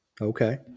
Okay